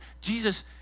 Jesus